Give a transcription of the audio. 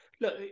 Look